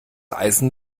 eisen